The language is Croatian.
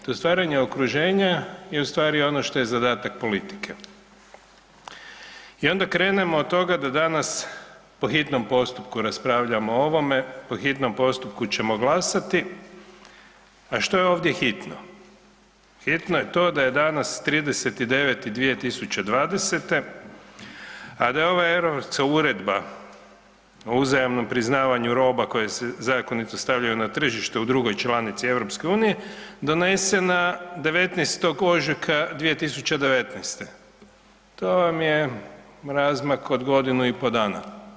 To stvaranje okruženje je ustvari ono što je zadatak politike i onda krenemo od toga da danas po hitnom postupku raspravljamo o ovome, po hitnom postupku ćemo glasati, a što je ovdje hitno?, hitno je to da je danas 30.09.2020. a da je ova europska Uredba o uzajamnom priznavanju roba koje se zakonito stavljaju na tržište u drugoj članici Europske unije donesena 19. ožujka 2019., to vam je razmak od godinu i pol dana.